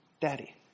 daddy